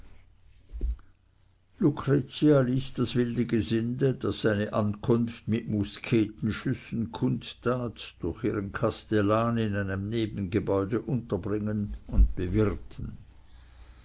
lucretia ließ das wilde gesinde das seine ankunft mit musketenschüssen kundtat durch ihren kastellan in einem nebengebäude unterbringen und bewirten